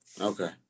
Okay